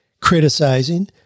criticizing